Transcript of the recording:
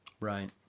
right